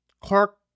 Clark